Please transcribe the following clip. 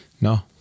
No